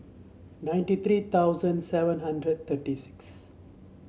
ninety three thousand seven hundred thirty six